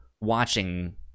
watching